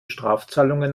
strafzahlungen